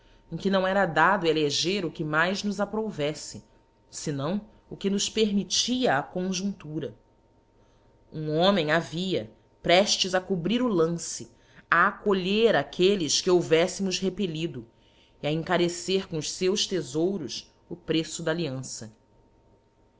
em que não era dado eleger o que mais nos aprouveíte fenão o que nos permittia a conjuníhira um homem havia preftes a cobrir o lance a acolher aquelles que houveflemos repellido e a enca cer com os feus thefouros o preço da alliança